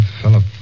Philip